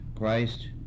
Christ